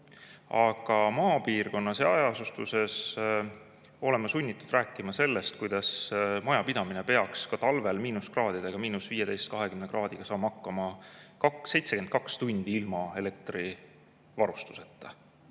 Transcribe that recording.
aga maapiirkonnas ja hajaasustuse puhul oleme sunnitud rääkima sellest, kuidas majapidamine peaks ka talvel miinuskraadidega, –15, –20 kraadiga saama 72 tundi hakkama ilma elektrivarustuseta.